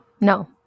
no